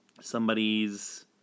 somebody's